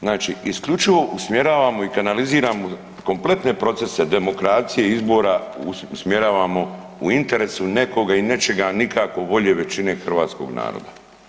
Znači isključivo usmjeravamo i kanaliziramo kompletne procese demokracije izbora usmjeravamo u interesu nekoga i nečega, a nikako volje većine hrvatskog naroda.